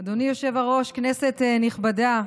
אדוני היושב-ראש, כנסת נכבדה,